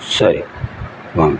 சரி வாங்க